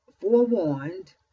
forewarned